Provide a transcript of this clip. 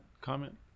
comment